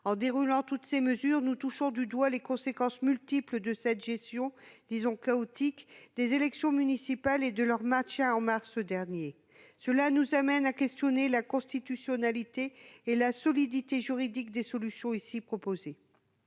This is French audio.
En déroulant toutes ces mesures, nous touchons du doigt les conséquences multiples de cette gestion, disons chaotique, des élections municipales et de leur maintien en mars dernier. Un constat qui nous amène à questionner la constitutionnalité et la solidité juridique des solutions proposées